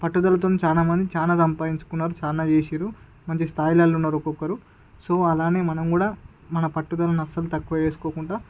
పట్టుదల తోటి చాలా మంది చాలా సంపాదించుకున్నారు చాలా చేసిండ్రు మంచి స్థాయిలల్లో ఉన్నారు ఒక్కొక్కరు సో అలానే మనం కూడా మన పట్టుదలను అస్సలు తక్కువ చేసుకోకుండా